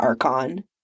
Archon